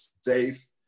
safe